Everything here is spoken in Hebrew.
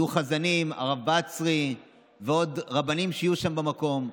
יהיו חזנים, הרב בצרי ועוד רבנים יהיו שם במקום.